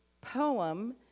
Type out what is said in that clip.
poem